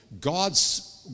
God's